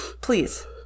Please